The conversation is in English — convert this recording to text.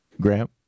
Graham